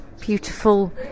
beautiful